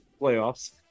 playoffs